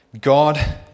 God